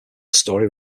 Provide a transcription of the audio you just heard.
story